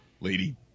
Lady